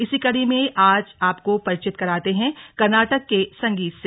इसी कड़ी में आज आपको परिचित कराते हैं कर्नाटक के संगीत से